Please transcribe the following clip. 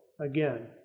Again